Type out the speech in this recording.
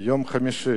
ביום חמישי,